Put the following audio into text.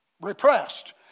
repressed